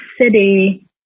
city